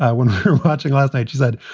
ah when watching last night, you said,